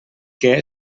que